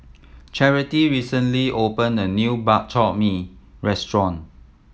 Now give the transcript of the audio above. Charity recently opened a new Bak Chor Mee restaurant